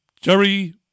Jerry